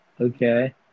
okay